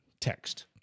text